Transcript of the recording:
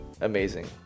amazing